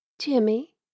Jimmy